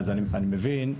אני מבין,